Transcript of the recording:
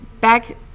back